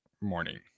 morning